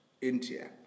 India